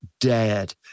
dead